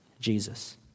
Jesus